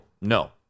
No